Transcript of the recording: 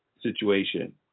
situation